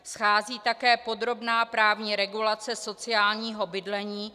Schází také podrobná právní regulace sociálního bydlení.